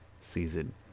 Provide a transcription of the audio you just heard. season